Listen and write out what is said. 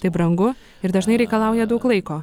tai brangu ir dažnai reikalauja daug laiko